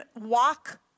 walk